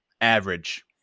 average